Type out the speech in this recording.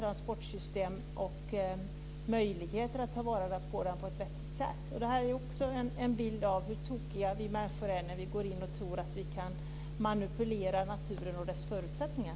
Man har inte möjligheter att ta vara på den på ett vettigt sätt. Det här ger också en bild av hur tokiga vi människor är när vi går in och tror att vi kan manipulera naturen och dess förutsättningar.